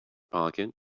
pocket